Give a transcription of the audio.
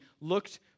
looked